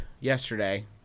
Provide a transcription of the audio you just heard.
yesterday